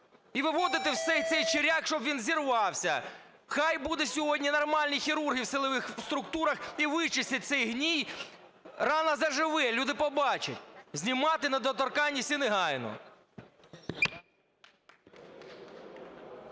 і виводити всей цей чиряк, щоб він взірвався. Хай будуть сьогодні нормальні хірурги в силових структурах і вичистять цей гній, рана заживе, люди побачать. Знімати недоторканність і негайно.